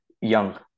young